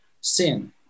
sin